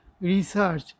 research